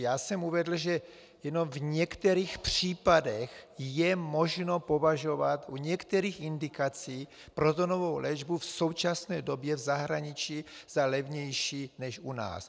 Já jsem uvedl, že jenom v některých případech je možno považovat u některých indikací protonovou léčbu v současné době v zahraničí za levnější než u nás.